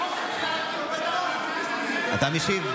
אתה משיב?